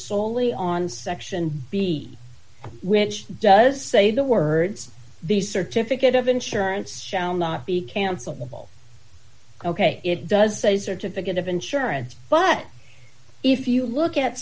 solely on section b which does say the words the certificate of insurance shall not be cancelable ok it does say a certificate of insurance but if you look at